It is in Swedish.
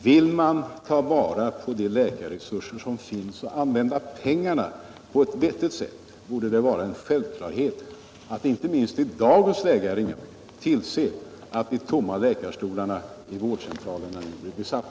Vill man ta vara på de läkarresurser som finns och använda pengarna på ett vettigt sätt borde det vara en självklarhet att inte minst i dagens läge tillse att de tomma läkarstolarna i vårdcentralerna blir besatta.